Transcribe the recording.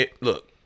Look